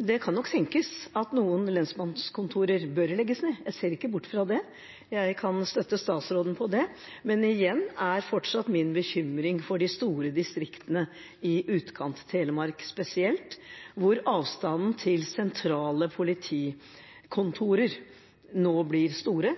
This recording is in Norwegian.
Det kan nok tenkes at noen lensmannskontorer bør legges ned, jeg ser ikke bort fra det. Jeg kan støtte statsråden på det. Men igjen er fortsatt min bekymring for de store distriktene i Utkant-Telemark, spesielt hvor avstandene til sentrale politikontorer nå blir store.